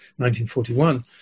1941